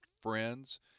friends